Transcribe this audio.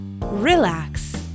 relax